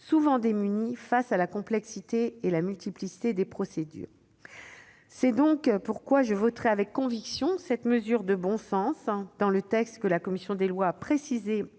souvent démunies face à la complexité et à la multiplicité des procédures. C'est pourquoi je voterai avec conviction cette mesure de bon sens, que la commission des lois a précisée